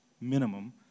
minimum